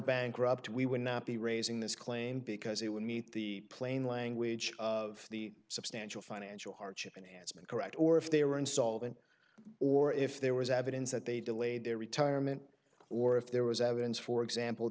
bankruptcy we would not be raising this claim because it would meet the plain language of the substantial financial hardship and handsome and correct or if they were insolvent or if there was evidence that they delayed their retirement or if there was evidence for example